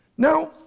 Now